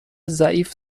ضعیف